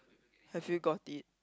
have you got it